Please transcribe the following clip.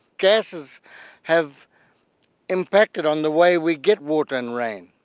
gases have impacted on the way we get water and rain,